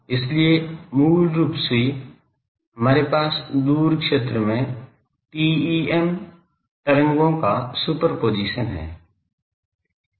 इसलिए मूल रूप से हमारे पास दूर क्षेत्र में TEM तरंगों का सुपरपोजिशन है